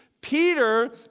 Peter